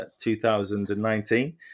2019